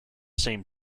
same